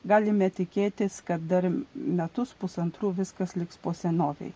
galime tikėtis kad dar metus pusantrų viskas liks po senovei